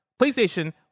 PlayStation